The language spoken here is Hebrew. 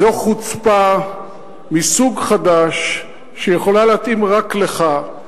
זו חוצפה מסוג חדש, שיכולה להתאים רק לך,